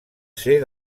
ser